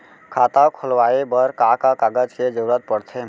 खाता खोलवाये बर का का कागज के जरूरत पड़थे?